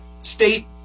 state